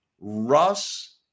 Russ